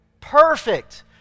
Perfect